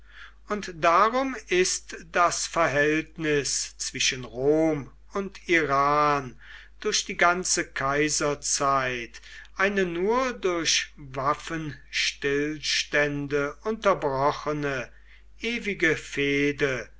und darum ist das verhältnis zwischen rom und iran durch die ganze kaiserzeit eine nur durch waffenstillstände unterbrochene ewige fehde